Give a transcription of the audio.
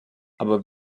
aber